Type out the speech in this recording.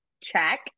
check